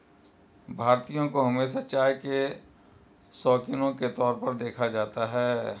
भारतीयों को हमेशा चाय के शौकिनों के तौर पर देखा जाता है